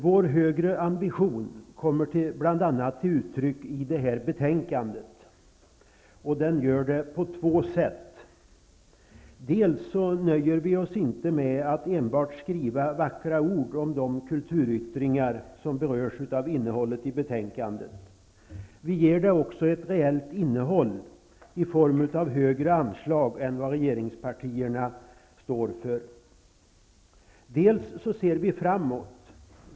Vår högre ambition kommer bl.a. till uttryck i det här betänkandet, och den gör det på två sätt. Vi nöjer oss inte med att enbart skriva vackra ord om de kulturyttringar som berörs i betänkandet. Vi ger det också ett reellt innehåll i form av högre anslag än vad regeringspartierna står för. Dessutom ser vi framåt.